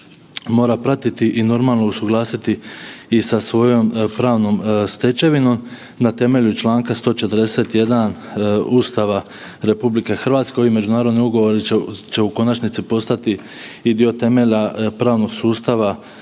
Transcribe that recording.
mora pratiti i normalno usuglasiti i sa svojom pravnom stečevinom na temelju Članka 141. Ustava RH ovi međunarodni ugovori će u konačnici postati i dio temelja pravnog sustava